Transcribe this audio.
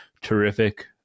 terrific